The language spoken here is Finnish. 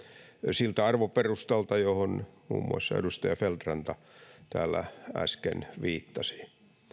siltä arvoperustalta johon muun muassa edustaja feldt ranta täällä äsken viittasi